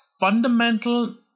fundamental